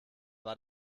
war